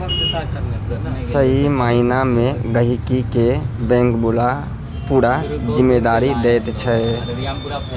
सही माइना मे गहिंकी केँ बैंक पुरा जिम्मेदारी दैत छै